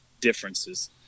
differences